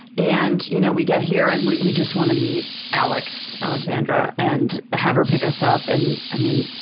and you know, we get here, and we we just want to meet alex, alexandra, and have her pick us up. and i mean,